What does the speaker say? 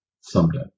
someday